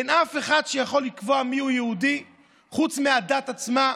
אין אף אחד שיכול לקבוע מיהו יהודי חוץ מהדת עצמה,